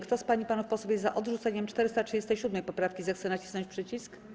Kto z pań i panów posłów jest za odrzuceniem 437. poprawki, zechce nacisnąć przycisk.